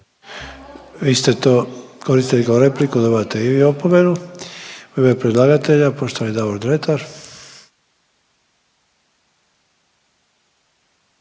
Vi ste to koristili kao repliku dobivate i vi opomenu. U ime predlagatelja poštovani Davor Dretar.